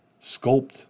sculpt